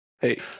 hey